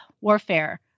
warfare